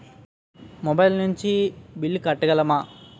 Mobile నుంచి bill కట్టగలమ?